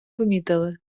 помітили